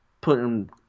putting